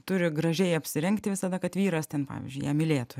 turi gražiai apsirengti visada kad vyras ten pavyzdžiui ją mylėtų